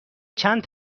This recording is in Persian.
چند